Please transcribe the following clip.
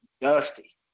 dusty